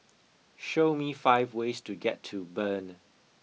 show me five ways to get to Bern